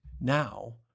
now